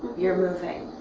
you're moving,